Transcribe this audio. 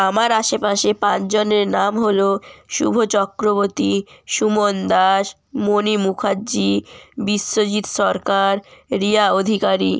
আমার আশেপাশে পাঁচজনের নাম হলো শুভ চক্রবর্তী সুমন দাস মণি মুখার্জী বিশ্বজিৎ সরকার রিয়া অধিকারী